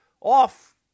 off